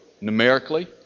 numerically